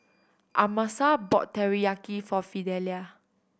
Amasa bought Teriyaki for Fidelia